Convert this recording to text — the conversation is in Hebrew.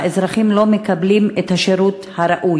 והאזרחים לא מקבלים את השירות הראוי.